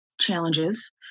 challenges